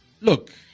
Look